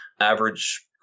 Average